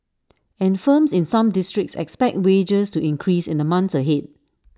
and firms in some districts expect wages to increase in the months ahead